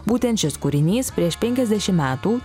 būtent šis kūrinys prieš penkiasdešimt metų